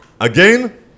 again